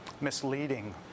misleading